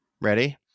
Ready